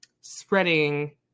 spreading